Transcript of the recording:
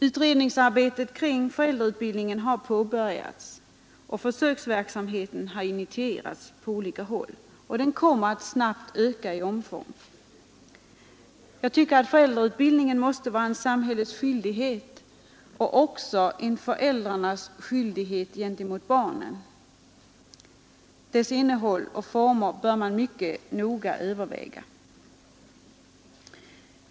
Utredningsarbetet kring föräldrautbildningen har påbörjats. Försöksverksamheten har initierats på olika håll och kommer att snabbt öka i omfång. Jag tycker att föräldrautbildningen måste vara en samhällets skyldighet och också en föräldrarnas skyldighet gentemot barnen. Dess innehåll och former bör mycket noga övervägas.